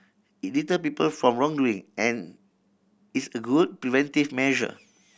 it deter people from wrongdoing and is a good preventive measure